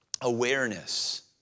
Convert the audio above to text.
awareness